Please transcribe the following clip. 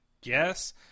guess